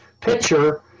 picture